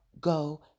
go